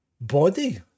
body